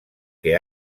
que